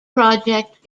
project